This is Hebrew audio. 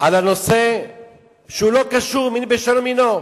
על הנושא שהוא לא קשור, מין בשאינו מינו,